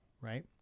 right